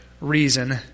reason